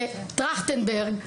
בוועדת טרכטנברג,